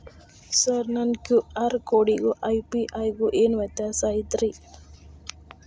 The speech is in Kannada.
ಸರ್ ನನ್ನ ಕ್ಯೂ.ಆರ್ ಕೊಡಿಗೂ ಆ ಯು.ಪಿ.ಐ ಗೂ ಏನ್ ವ್ಯತ್ಯಾಸ ಐತ್ರಿ?